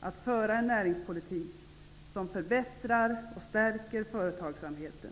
att föra en näringspolitik som förbättrar och stärker företagsamheten.